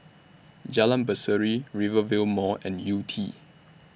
Jalan Berseri Rivervale Mall and Yew Tee